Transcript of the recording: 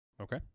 Okay